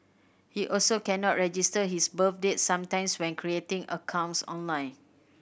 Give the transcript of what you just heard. he also cannot register his birth date sometimes when creating accounts online